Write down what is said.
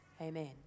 amen